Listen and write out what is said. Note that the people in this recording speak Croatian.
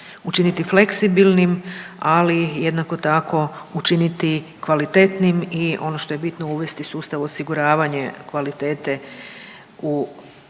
učiniti fleksibilnim, ali jednako tako učiniti kvalitetnim. I ono što je bitno uvesti sustav osiguravanja kvalitete u